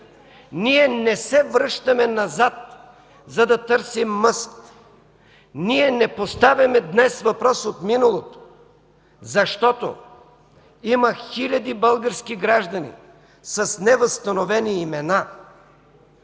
Ние не се връщаме назад, за да търсим мъст. Ние не поставяме днес въпрос от миналото, защото има хиляди български граждани с невъзстановени имена.